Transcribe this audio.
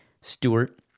Stewart